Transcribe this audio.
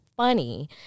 funny